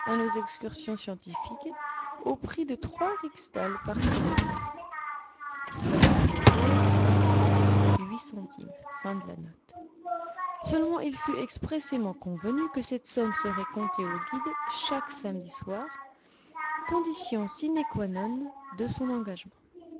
nos excursions scientifiques au prix de trois rixdales par semaine seulement il fut expressément convenu que cette somme serait comptée au guide chaque samedi soir condition sine qua non de son engagement